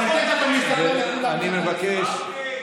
אבל אני תכף אספר לספר לכולם על זה.